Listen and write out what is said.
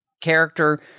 character